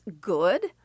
good